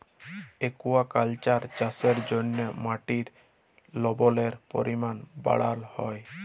aquaculture চাষের জ্যনহে মাটির লবলের পরিমাল বাড়হাল হ্যয়